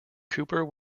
cooper